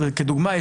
כדוגמה,